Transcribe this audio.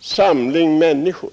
samling människor.